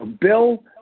bill